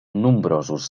nombrosos